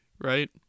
right